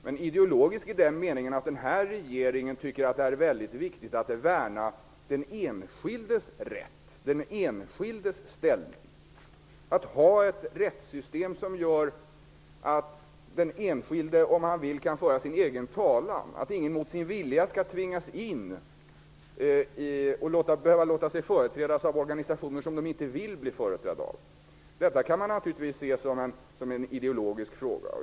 Det är ideologiskt i den meningen att regeringen tycker att det är viktigt att värna den enskildes rätt och ställning, att ha ett rättssystem som gör att den enskilde, om han vill, kan föra sin egen talan och att ingen mot sin vilja kan tvingas låta sig företrädas av organisationer som han inte vill bli företrädd av. Detta kan man naturligtvis se som en ideologisk fråga.